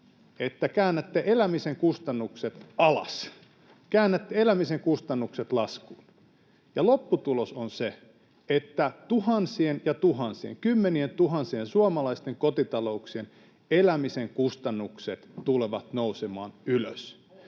että käännätte elämisen kustannukset alas, käännätte elämisen kustannukset laskuun, ja lopputulos on se, että tuhansien ja tuhansien, kymmenientuhansien, suomalaisten kotitalouksien elämisen kustannukset tulevat nousemaan ylös